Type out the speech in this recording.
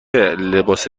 لباس